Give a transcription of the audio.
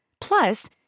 Plus